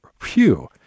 Phew